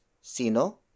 Sino